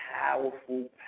powerful